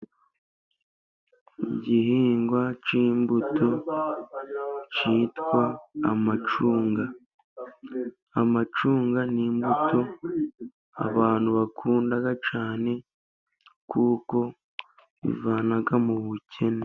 Igihingwa cy'imbuto cyitwa amacunga, amacunga n'imbuto abantu bakunda cyane, kuko zivana mu bukene.